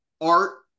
Art